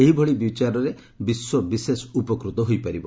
ଏହିଭଳି ବିଚାରରେ ବିଶ୍ୱ ବିଶେଷ ଉପକୃତ ହୋଇପାରିବ